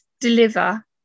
deliver